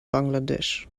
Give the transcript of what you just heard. bangladesh